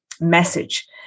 message